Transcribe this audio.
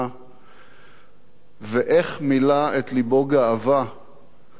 ואיך מילא את לבו גאווה שבסופו של יום